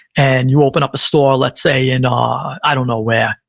and you open up a store, let's say, in um i don't know where,